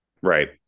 right